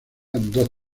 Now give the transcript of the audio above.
dos